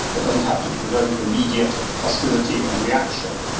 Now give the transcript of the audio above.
that doesn't have to provoke immediate hostility and reaction.